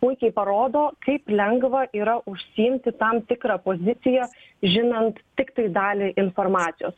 puikiai parodo kaip lengva yra užsiimti tam tikrą poziciją žinant tiktai dalį informacijos